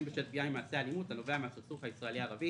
בשל פגיעה ממעשה אלימות הנובע מהסכסוך הישראלי-ערבי),